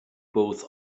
both